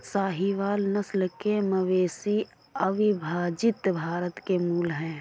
साहीवाल नस्ल के मवेशी अविभजित भारत के मूल हैं